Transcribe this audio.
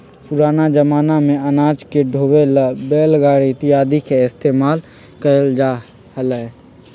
पुराना जमाना में अनाज के ढोवे ला बैलगाड़ी इत्यादि के इस्तेमाल कइल जा हलय